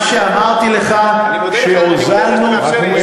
מה שאמרתי לך, אני מודה לך שהוזלנו את הקרקע.